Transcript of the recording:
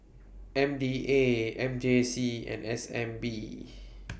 M D A M J C and S N B